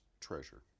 treasure